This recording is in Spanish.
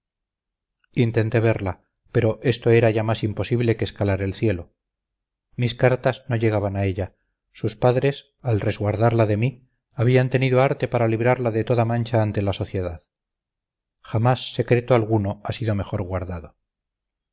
intenté verla pero esto era ya más imposible que escalar el cielo mis cartas no llegaban a ella sus padres al resguardarla de mí habían tenido arte para librarla de toda mancha ante la sociedad jamás secreto alguno ha sido mejor guardado